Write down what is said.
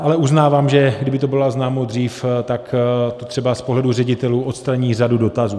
Ale uznávám, že kdyby to bylo oznámeno dřív, tak to třeba z pohledu ředitelů odstraní řadu dotazů.